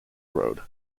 road